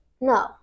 No